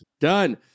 Done